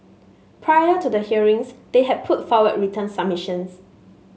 prior to the hearings they had put forward written submissions